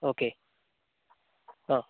okay ആ